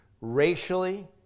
racially